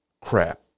crap